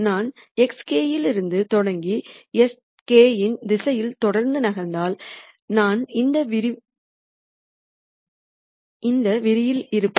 நான் xk இலிருந்து தொடங்கி s k இன் திசையில் தொடர்ந்து நகர்ந்தால் நான் இந்த வரியில் இருப்பேன்